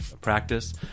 practice